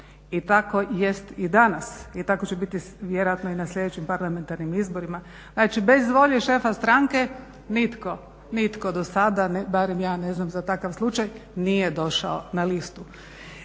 i tako jest i danas i tako će vjerojatno biti i na sljedećim parlamentarnim izborima. Znači bez volje šefa stranke nitko do sada barem ja ne znam za takav slučaj nije došao na listu.